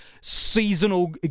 seasonal